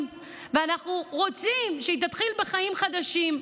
ואנחנו רוצים שהיא תתחיל בחיים חדשים.